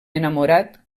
enamorat